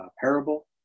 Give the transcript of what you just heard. parable